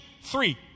three